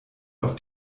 auf